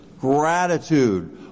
gratitude